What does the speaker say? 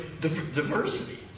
diversity